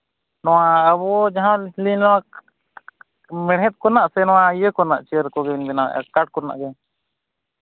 ᱱᱚᱣᱟ ᱟᱵᱚ ᱡᱟᱦᱟᱸ ᱨᱮᱱᱟᱜ ᱢᱮᱲᱦᱮᱫ ᱠᱚᱨᱮᱱᱟᱜ ᱥᱮ ᱱᱚᱣᱟ ᱤᱭᱟᱹ ᱠᱚᱨᱮᱱᱟᱜ ᱪᱮᱭᱟᱨ ᱠᱚᱵᱤᱱ ᱵᱮᱱᱟᱣᱮᱫᱼᱟ ᱠᱟᱴᱷ ᱠᱚᱨᱮᱱᱟᱜ ᱜᱮ